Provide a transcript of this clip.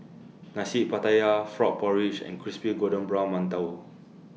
Nasi Pattaya Frog Porridge and Crispy Golden Brown mantou